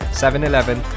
7-Eleven